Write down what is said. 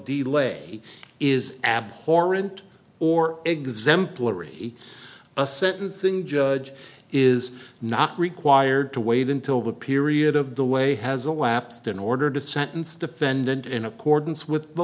de lay is abhorrent or exemplary a sentencing judge is not required to wait until the period of the way has elapsed in order to sentence defendant in accordance with the